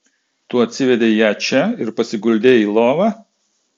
tu atsivedei ją čia ir pasiguldei į lovą